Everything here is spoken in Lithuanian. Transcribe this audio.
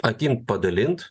atimt padalint